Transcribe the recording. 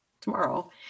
Tomorrow